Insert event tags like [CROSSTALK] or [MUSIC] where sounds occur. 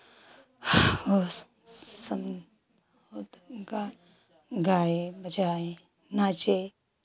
बहुत [UNINTELLIGIBLE] गा गाएँ बजाएँ नाचे